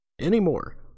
anymore